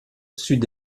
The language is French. sud